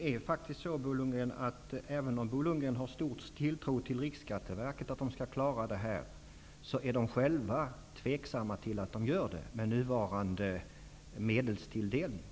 Fru talman! Även om Bo Lundgren har stor tilltro till att Riksskatteverket skall klara uppgiften, är verkets personal tveksam till att den gör det med nuvarande medelstilldelning.